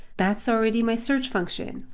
that's already my search function.